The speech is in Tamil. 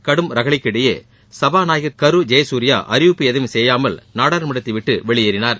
கடும் ரகளைக்கிடையே சபாநாயகர் திரு கரு ஜெயசூர்யா அறிப்பு எதையும் செய்யாமல் நாடாளுமன்றத்தை விட்டு வெளியேறினார்